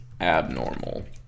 abnormal